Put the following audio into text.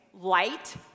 light